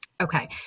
Okay